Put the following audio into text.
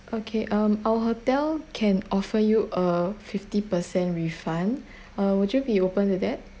okay um our hotel can offer you a fifty per cent refund uh would you be open to that